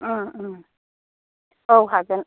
औ हागोन